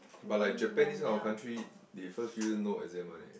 but like Japan this kind of country they first few years no exam one eh